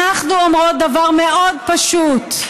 אנחנו אומרות דבר מאוד פשוט,